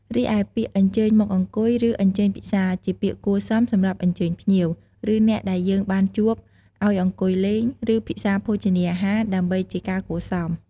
រីឯពាក្យ អញ្ជើញមកអង្គុយ ឬអញ្ជើញពិសា ជាពាក្យគួរសមសម្រាប់អញ្ជើញភ្ញៀវ ឬអ្នកដែលយើងបានជួបឱ្យអង្គុយលេង ឬពិសាភោជនីអហាររដើម្បីជាការគួរសម។